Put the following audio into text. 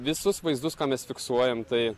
visus vaizdus ką mes fiksuojam tai